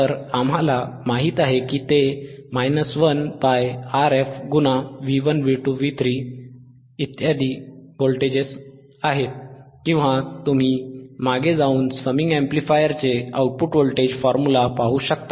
तर आम्हाला माहित आहे की ते 1 Rf V1 V2 V3 voltages आहेत किंवा तुम्ही मागे जाऊन समिंग अॅम्प्लीफायरचे आउटपुट व्होल्टेज फॉर्म्युला पाहू शकता